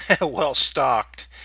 well-stocked